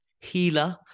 healer